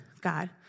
God